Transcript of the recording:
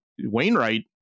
Wainwright